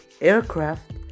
aircraft